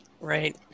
right